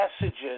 messages